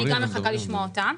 אני גם מחכה לשמוע אותם.